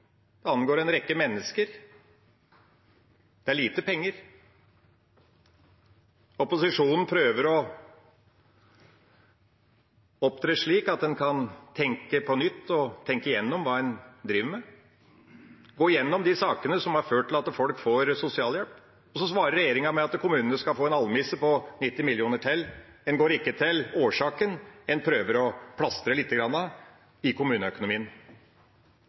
angår en rekke mennesker. Det er lite penger. Opposisjonen prøver å opptre slik at en kan tenke nytt, tenke igjennom hva en driver med, og gå igjennom de sakene som har ført til at folk får sosialhjelp. Regjeringa svarer med at kommunene skal få en almisse på 90 mill. kr til. En går ikke til årsaken; en prøver å plastre litt på kommuneøkonomien.